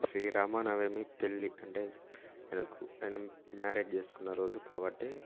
శ్రీరామనవమి పెళ్ళి అంటే ఆయనకు ఆయన మ్యారేజ్ చేసుకున్న రోజు కాబట్టి